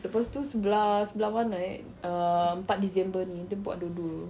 lepas tu sebelah sebelah mana eh err empat disember ni dia buat dua-dua